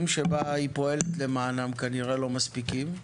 שבהם היא פועלת למענם כנראה לא מספיקים,